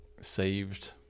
saved